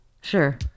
Sure